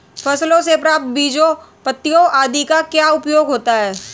फसलों से प्राप्त बीजों पत्तियों आदि का क्या उपयोग होता है?